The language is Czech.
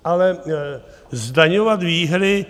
Ale zdaňovat výhry?